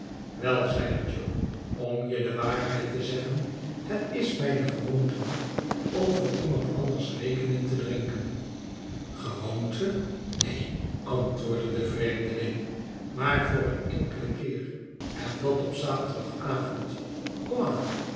wei zeide jo om je de waarheid te zeggen het is mijne gewoonte niet om voor iemand anders rekening te drinken gewoonte neen antwoordde de vreemdeling maar voor een enkelen keer en dat op zaterdagavond